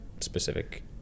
specific